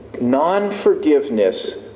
non-forgiveness